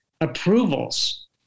approvals